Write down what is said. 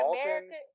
America